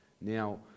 Now